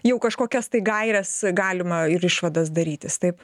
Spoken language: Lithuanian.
jau kažkokias tai gaires galima ir išvadas darytis taip